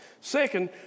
second